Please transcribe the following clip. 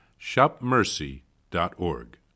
shopmercy.org